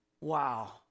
Wow